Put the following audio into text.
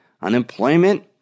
Unemployment